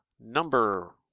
number